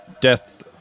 death